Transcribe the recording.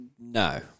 No